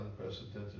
unprecedented